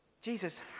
Jesus